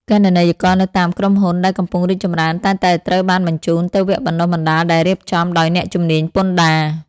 គណនេយ្យករនៅតាមក្រុមហ៊ុនដែលកំពុងរីកចម្រើន តែងតែត្រូវបានបញ្ជូនទៅវគ្គបណ្តុះបណ្តាលដែលរៀបចំដោយអ្នកជំនាញពន្ធដារ។